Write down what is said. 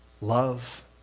love